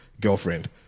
girlfriend